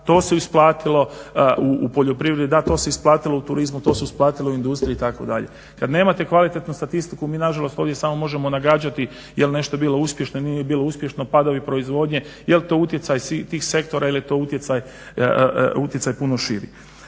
to se isplatilo u poljoprivredi, da to se isplatilo u turizmu, to se isplatilo u industriji itd. Kad nemate kvalitetnu statistiku mi na žalost ovdje samo možemo nagađati jel' nešto bilo uspješno, nije bilo uspješno, padovi proizvodnje, jel' to utjecaj tih sektora ili jel' to utjecaj puno širi.